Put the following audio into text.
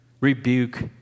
rebuke